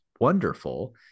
wonderful